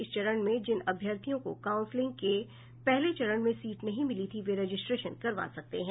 इस चरण में जिन अभ्यर्थियों को काउंसेलिंग के पहले चरण में सीट नहीं मिली थी वे रजिस्ट्रेशन करवा सकते हैं